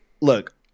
Look